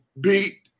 beat